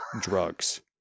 drugs